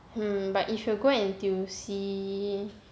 hmm but you go N_T_U_C